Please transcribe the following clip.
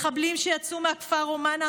מחבלים שיצאו מהכפר רומאנה